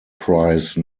prize